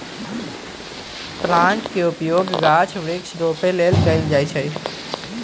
plant के उपयोग गाछ वृक्ष रोपे लेल कएल जाइ छइ